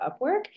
Upwork